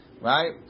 right